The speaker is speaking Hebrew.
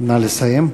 נא לסיים.